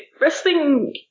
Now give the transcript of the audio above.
wrestling